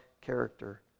character